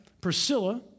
Priscilla